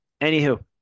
anywho